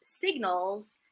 signals